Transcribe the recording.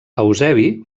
eusebi